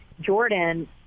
Jordan